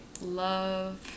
love